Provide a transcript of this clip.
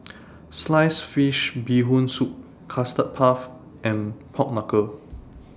Sliced Fish Bee Hoon Soup Custard Puff and Pork Knuckle